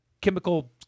chemical